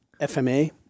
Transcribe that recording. FMA